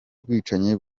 bwicanyi